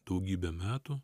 daugybę metų